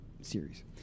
series